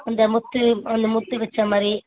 அந்த முத்து அந்த முத்து வச்சமாதிரி